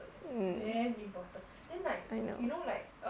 mm I know